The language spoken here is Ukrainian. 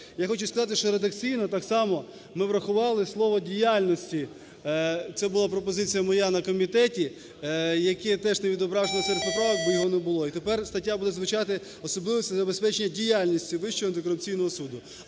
Я хочу сказати, що редакційно так само ми врахували слово "діяльності", це була пропозиція моя на комітеті, яке теж не відображено серед поправок, бо його не було. І тепер стаття буде звучати: "Особливості забезпечення діяльності Вищого антикорупційного суду",